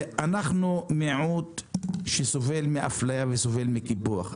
אנחנו מיעוט שסובל מאפליה וסובל מקיפוח.